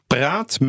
Praat